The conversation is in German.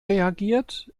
reagiert